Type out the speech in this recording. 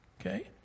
Okay